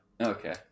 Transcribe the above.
Okay